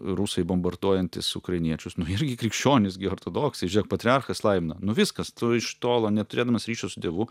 rusai bombarduojantys ukrainiečius irgi krikščionys gi ortodoksai patriarchas laimina nu viskas tu iš tolo neturėdamas ryšio su dievu